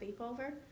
sleepover